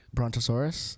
Brontosaurus